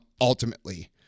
ultimately